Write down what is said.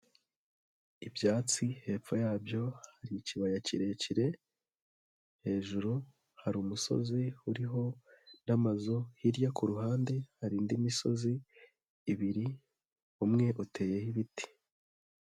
Ibyatsi hepfo yabyo hari ikibaya kirekire, hejuru hari umusozi uriho n'amazu, hirya ku ruhande hari indi misozi ibiri, umwe uteyeho ibiti.